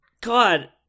God